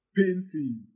painting